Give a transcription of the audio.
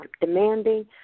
demanding